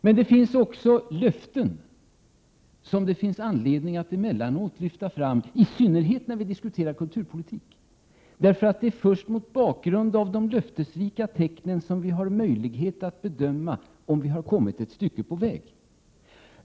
Men vi har också löften att emellanåt lyfta fram, i synnerhet när vi diskuterar kulturpolitik. Det är först mot bakgrund av de löftesrika tecknen som vi har möjlighet att bedöma om vi har kommit ett stycke på väg.